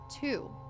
Two